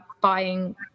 buying